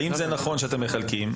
האם זה נכון שאתם מחלקים?